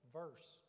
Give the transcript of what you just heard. verse